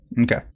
okay